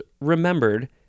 remembered